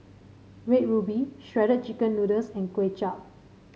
Red Ruby Shredded Chicken Noodles and Kway Chap